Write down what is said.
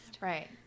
right